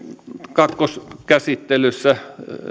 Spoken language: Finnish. kakkoskäsittelyssä